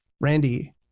Randy